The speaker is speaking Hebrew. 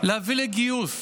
להביא לגיוס